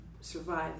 survive